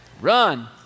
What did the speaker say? Run